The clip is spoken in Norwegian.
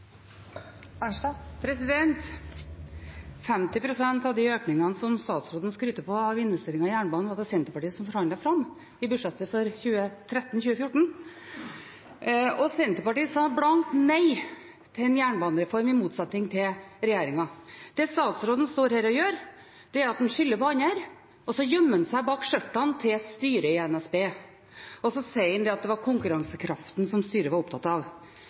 Arnstad – til oppfølgingsspørsmål. 50 pst. av de økningene som statsråden skryter av på investeringer i jernbanen, var det Senterpartiet som forhandlet fram i budsjettet for 2014. Senterpartiet sa blankt nei til en jernbanereform, i motsetning til regjeringen. Det statsråden står her og gjør, er at han skylder på andre, og så gjemmer han seg bak skjørtene til styret i NSB og sier at det var konkurransekraften styret var opptatt av.